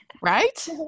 right